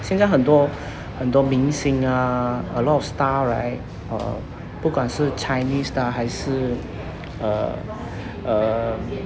现在很多很多明星 a lot of star right uh 不管是 chinese 的还是 uh um